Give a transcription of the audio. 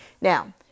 Now